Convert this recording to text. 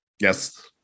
Yes